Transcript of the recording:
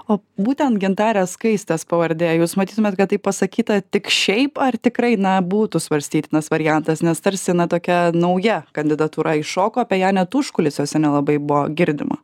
o būtent gintarės skaistės pavardė jūs matytumėt kad tai pasakyta tik šiaip ar tikrai na būtų svarstytinas variantas nes tarsi na tokia nauja kandidatūra iššoko apie ją net užkulisiuose nelabai buvo girdima